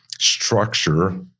structure